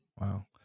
Wow